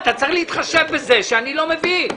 אתה צריך להתחשב בזה שאני לא מבין.